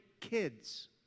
kids